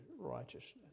righteousness